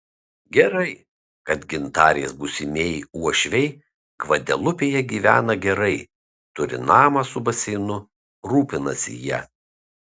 gerai kad gintarės būsimieji uošviai gvadelupėje gyvena gerai turi namą su baseinu rūpinasi ja